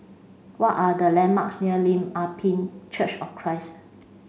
what are the landmarks near Lim Ah Pin Church of Christ